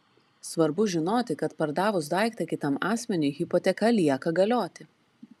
svarbu žinoti kad pardavus daiktą kitam asmeniui hipoteka lieka galioti